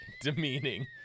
demeaning